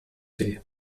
see